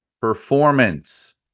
performance